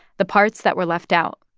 the parts that were left out.